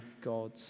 God